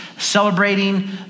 celebrating